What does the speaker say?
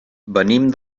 venim